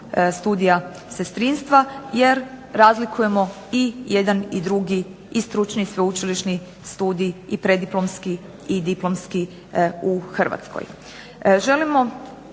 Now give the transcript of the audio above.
studija sestrinstva jer razlikujemo i jedan i drugi i stručni i sveučilišni studij i preddiplomski i diplomski u Hrvatskoj.